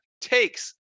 takes